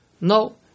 No